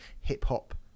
hip-hop